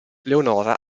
leonora